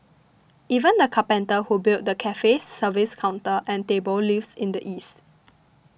even the carpenter who built the cafe's service counter and tables lives in the east